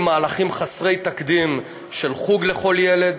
מהלכים חסרי תקדים של חוג לכל ילד,